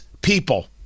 people